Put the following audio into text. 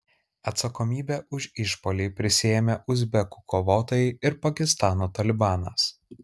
atsakomybę už išpuolį prisiėmė uzbekų kovotojai ir pakistano talibanas